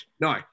No